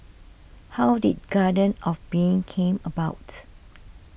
how did Garden of Being came about